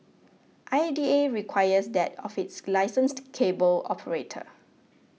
I D A requires that of its licensed cable operator